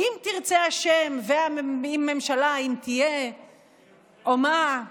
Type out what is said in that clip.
אם תרצה השם, וממשלה אם תהיה או מה,